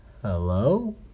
Hello